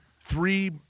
three